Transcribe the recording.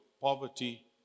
poverty